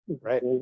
Right